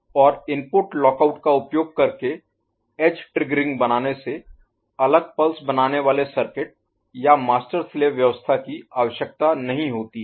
और input lockout का उपयोग करके एज ट्रिग्गरिंग बनाने से अलग पल्स बनाने वाले सर्किट या मास्टर स्लेव व्यवस्था की आवश्यकता नहीं होती है